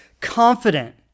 confident